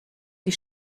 die